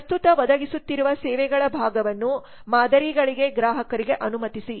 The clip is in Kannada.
ಪ್ರಸ್ತುತ ಒದಗಿಸುತ್ತಿರುವ ಸೇವೆಗಳ ಭಾಗವನ್ನು ಮಾದರಿಗಳಿಗೆ ಗ್ರಾಹಕರಿಗೆ ಅನುಮತಿಸಿ